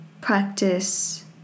practice